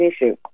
issue